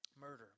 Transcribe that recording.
murder